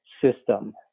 system